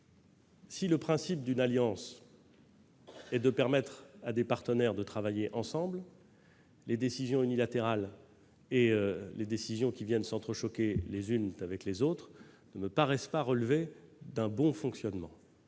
Si le principe d'une alliance est de permettre à des partenaires de travailler ensemble, les décisions unilatérales ou celles qui s'entrechoquent les unes avec les autres ne me paraissent pas relever d'un bon fonctionnement.